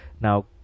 now